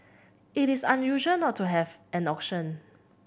it is unusual not to have an auction